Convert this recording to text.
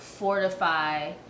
Fortify